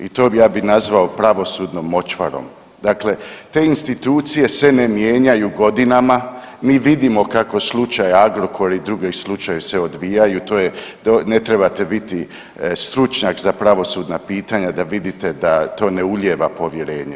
I to ja bi nazvao pravosudnom močvarom, dakle te institucije se ne mijenjaju godinama, mi vidimo kako slučaj Agrokor i drugi slučajevi se odbijaju, to je, ne trebate biti stručnjak za pravosudna pitanja da vidite da to ne ulijeva povjerenje.